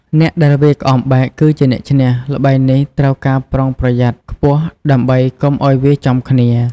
អ្នកដែលវាយក្អមបែក គឺជាអ្នកឈ្នះ។ ល្បែងនេះត្រូវការការប្រុងប្រយ័ត្នខ្ពស់ ដើម្បីកុំឱ្យវាយចំគ្នា ។